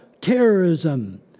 terrorism